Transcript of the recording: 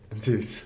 Dude